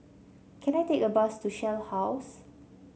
can I take a bus to Shell House